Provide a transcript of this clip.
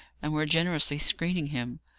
and were generously screening him.